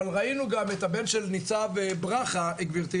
אבל ראינו גם את הבן של ניצב ברכה גבירתי,